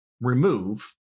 remove